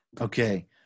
Okay